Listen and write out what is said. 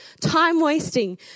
time-wasting